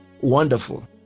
wonderful